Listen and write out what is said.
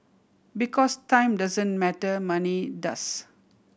because time doesn't matter money does